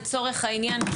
לצורך העניין,